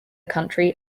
country